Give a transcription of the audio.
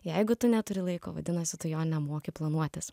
jeigu tu neturi laiko vadinasi tu jo nemoki planuotis